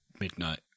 midnight